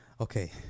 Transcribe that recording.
Okay